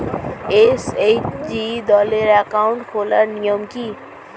SHG দলের account খোলার নিয়ম কী?